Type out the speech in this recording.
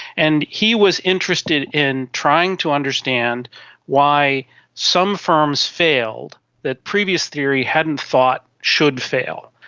and he was interested in trying to understand why some firms failed that previous theory hadn't thought should fail.